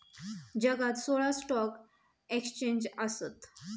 जगात सोळा stock exchange आसत